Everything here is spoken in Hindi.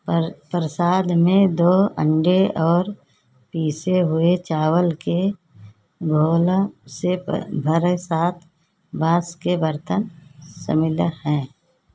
पर प्रसाद में दो अण्डे और पिसे हुए चावल के घोल से प भरे सात बाँस के बर्तन शामिल हैं